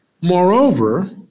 Moreover